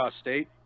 State